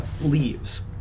leaves